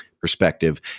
perspective